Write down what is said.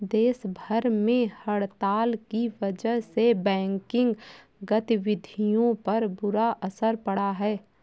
देश भर में हड़ताल की वजह से बैंकिंग गतिविधियों पर बुरा असर पड़ा है